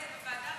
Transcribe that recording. בוועדה,